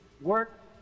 work